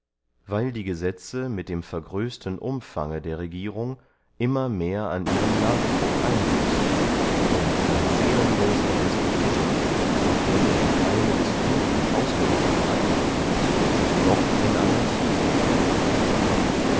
weil die gesetze mit dem vergrößten umfange der regierung immer mehr an ihrem nachdruck einbüßen und ein seelenloser despotism nachdem er die keime des guten ausgerottet hat zuletzt doch in anarchie verfällt